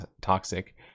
toxic